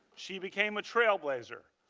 she became a trailblazer.